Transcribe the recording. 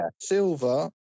Silver